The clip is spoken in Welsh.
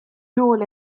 nôl